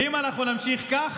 ואם אנחנו נמשיך כך,